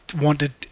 wanted